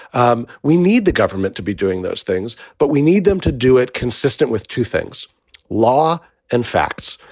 um we need the government to be doing those things, but we need them to do it consistent with two things law and facts.